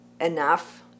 enough